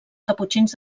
caputxins